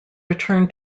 return